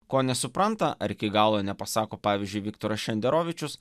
ko nesupranta ar iki galo nepasako pavyzdžiui viktoras šenderovičius